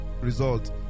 Result